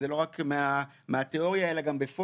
זה לא רק מהתיאוריה, אלא גם בפועל.